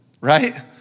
right